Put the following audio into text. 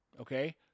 okay